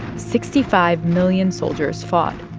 sixty-five million soldiers fought.